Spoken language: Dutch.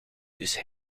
dus